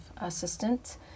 assistant